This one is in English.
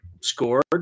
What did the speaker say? scored